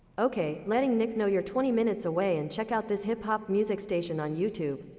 okay. letting nick know you're twenty minutes away and check out this hip-hop music station on youtube.